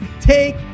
Take